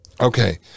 Okay